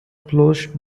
closed